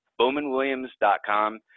BowmanWilliams.com